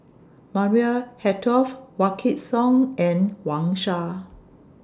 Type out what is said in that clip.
Maria Hertogh Wykidd Song and Wang Sha